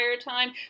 time